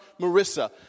marissa